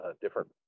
different